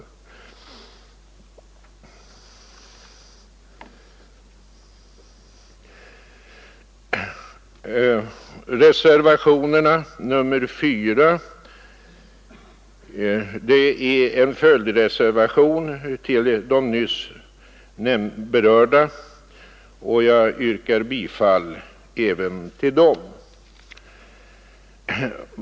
Även till denna reservation yrkar jag bifall. Reservationen 4 a är en följdreservation till de nyss berörda. Jag yrkar bifall även till den.